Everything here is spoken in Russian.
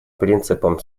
принципам